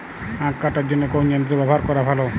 আঁখ কাটার জন্য কোন যন্ত্র ব্যাবহার করা ভালো?